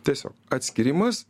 tiesiog atskyrimas